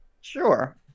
Sure